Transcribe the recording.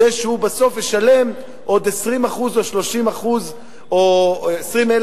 זה שהוא בסוף ישלם עוד 20% או 30% או 20,000